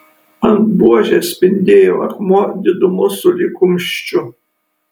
ant buožės spindėjo akmuo didumo sulig kumščiu